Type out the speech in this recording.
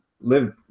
live